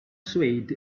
swayed